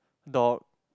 dog